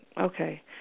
Okay